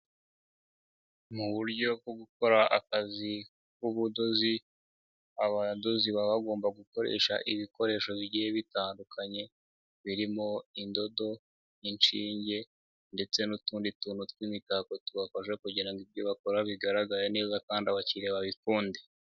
Mu buryo bwo gukora akazi k'ubudozi abadozi baba bagomba gukoresha ibikoresho bigiye bitandukanye, birimo indodo inshinge ndetse n'utundi tuntu tw'imitako tubafasha kugira ngo ibyo bakora bigaragare neza kandi abakiliya babikunde.